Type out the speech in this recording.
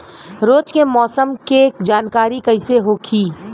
रोज के मौसम के जानकारी कइसे होखि?